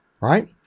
right